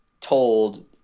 told